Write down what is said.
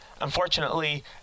unfortunately